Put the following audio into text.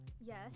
Yes